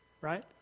right